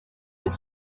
that